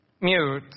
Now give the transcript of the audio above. mute